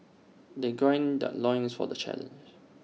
they gird their loins for the challenge